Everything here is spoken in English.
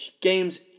Games